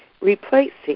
replacing